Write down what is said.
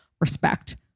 respect